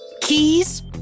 Keys